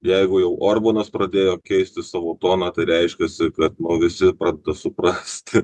jeigu jau orbanas pradėjo keisti savo toną tai reiškiasi kad nu visi pradeda suprast kad